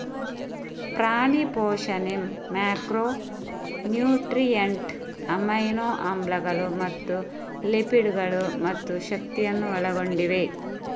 ಪ್ರಾಣಿ ಪೋಷಣೆ macronutrient, amino ಆಮ್ಲಗಳು ಮತ್ತು ಲಿಪಿಡ್ ಗಳು ಮತ್ತು ಶಕ್ತಿಯನ್ನು ಒಳಗೊಂಡಿವೆ